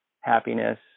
happiness